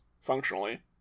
functionally